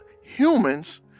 humans